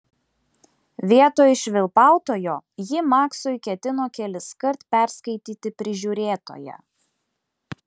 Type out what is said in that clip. vietoj švilpautojo ji maksui ketino keliskart perskaityti prižiūrėtoją